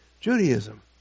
Judaism